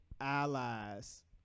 allies